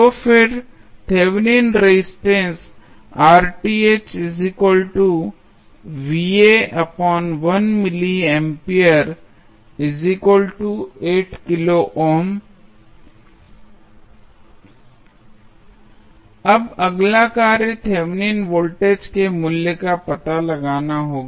तो फिर Thevenin resistance अब अगला कार्य थेवेनिन वोल्टेज के मूल्य का पता लगाना होगा